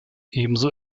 ebenso